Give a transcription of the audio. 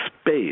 space